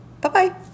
Bye-bye